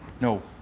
No